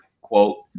quote